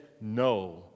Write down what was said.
no